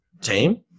team